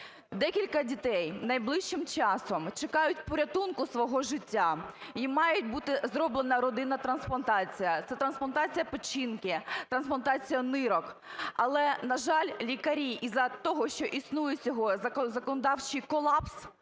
Декілька дітей найближчим часом чекають порятунку свого життя і має бути зроблена родинна трансплантація. Це трансплантація печінки, трансплантація нирок, але, на жаль, лікарі із-за того, що існує сьогодні законодавчий колапс,